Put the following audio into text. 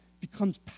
becomes